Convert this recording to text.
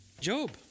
Job